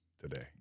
today